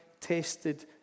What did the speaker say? tested